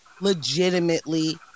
legitimately